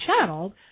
channeled